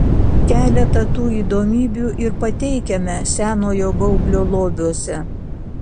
keletą tų įdomybių ir pateikiame senojo baublio lobiuose